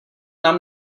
nám